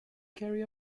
carry